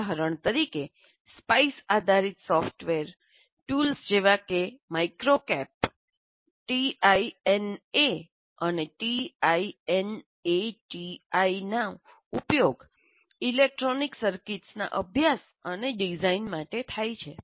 ઉદાહરણ તરીકે સ્પાઇસ આધારિત સોફ્ટવેર ટૂલ્સ જેવા કે માઇક્રોકેપ ટીઆઈએનએ અને ટીઆઈએનએટીઆઈ નો ઉપયોગ ઇલેક્ટ્રોનિક સર્કિટ્સના અભ્યાસ અને ડિઝાઇન માટે થાય છે